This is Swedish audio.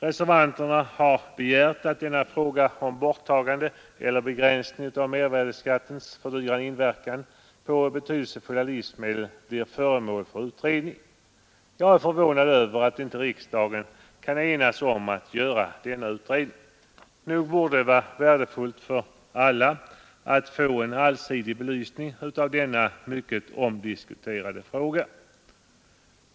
Reservanterna har begärt att denna fråga om borttagande eller begränsning av mervärdeskattens fördyrande inverkan på betydelsefulla livsmedel blir föremål för utredning. Jag är förvånad över att inte riksdagen kan enas om att göra denna utredning. Nog borde det vara värdefullt för alla att få en allsidig belysning av denna omdiskuterade fråga.